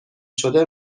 شده